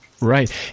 Right